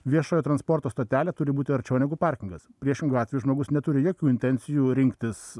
viešojo transporto stotelė turi būti arčiau negu parkingas priešingu atveju žmogus neturi jokių intencijų rinktis